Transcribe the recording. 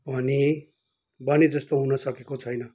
भने भनेजस्तो हुनसकेको छैन